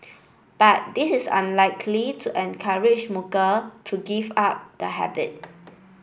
but this is unlikely to encourage smoker to give up the habit